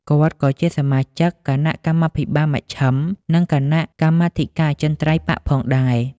គាត់ ក៏ជាសមាជិកគណៈកម្មាធិការមជ្ឈិម និងគណៈកម្មាធិការអចិន្ត្រៃយ៍បក្សផងដែរ ។